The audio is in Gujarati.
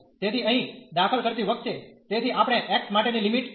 તેથી અહીં દાખલ કરતી વખતે તેથી આપણે x માટેની લિમિટ મૂકીએ છીએ